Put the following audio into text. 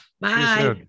Bye